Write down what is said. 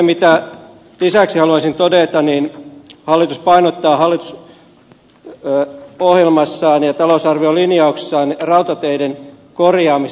mutta lisäksi haluaisin todeta että hallitus painottaa hallitusohjelmassaan ja talousarviolinjauksessaan rautateiden korjaamista